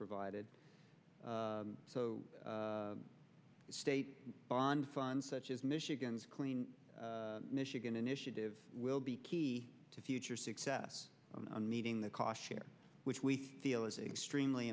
provided so the state bond fund such as michigan's clean michigan initiative will be key to future success and meeting the cost share which we feel is extremely